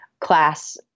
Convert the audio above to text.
class